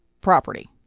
property